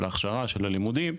של ההכשרה של הלימודים.